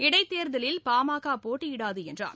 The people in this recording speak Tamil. இடைத்தேர்தலில் பாமக போட்டி இடாது என்றார்